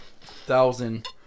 thousand